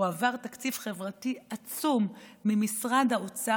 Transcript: הועבר תקציב חברתי עצום ממשרד האוצר.